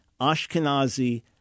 Ashkenazi